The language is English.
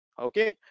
Okay